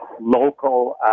local